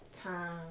time